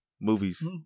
movies